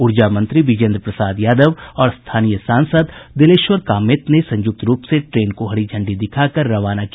ऊर्जा मंत्री बिजेन्द्र प्रसाद यादव और स्थानीय सांसद दिलेश्वर कामैत ने संयुक्त रूप से ट्रेन को हरी झंडी दिखाकर रवाना किया